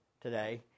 today